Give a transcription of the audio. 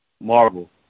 Marvel